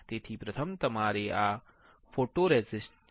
તેથી પ્રથમ તમારો આ ફોટોરેસિસ્ટ છે